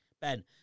Ben